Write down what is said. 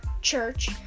church